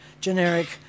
generic